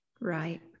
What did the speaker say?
Right